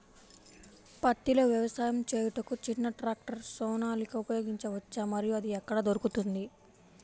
పత్తిలో వ్యవసాయము చేయుటకు చిన్న ట్రాక్టర్ సోనాలిక ఉపయోగించవచ్చా మరియు అది ఎక్కడ దొరుకుతుంది?